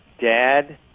Dad